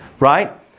Right